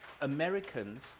Americans